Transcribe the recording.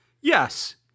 Yes